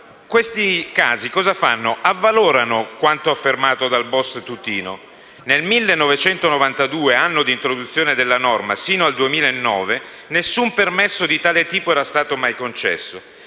Questi casi avvalorano quanto affermato dal *boss* Tutino. Nel 1992, anno di produzione della norma, sino al 2009 nessun permesso di tale tipo era stato mai concesso.